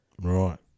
Right